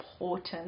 important